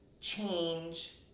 change